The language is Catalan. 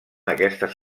aquestes